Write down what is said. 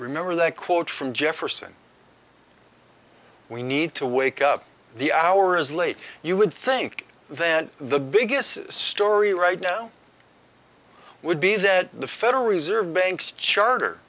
remember that quote from jefferson we need to wake up the hour is late you would think that the biggest story right now would be that the federal reserve banks charter